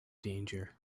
danger